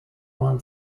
won